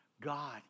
God